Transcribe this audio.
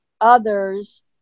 others